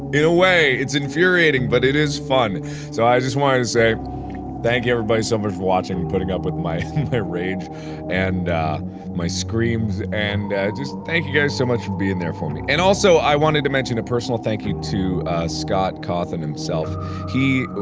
in a way it's infuriating but it is fun so i just wanted to say thank you everybody so much for watching and putting up with my rage and my screams and just thank you guys so much for being there for me and also i wanted to mention a personal thank you to scott cawthon himself he